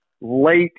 late